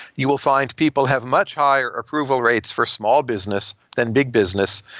you will find people have much higher approval rates for small business than big business.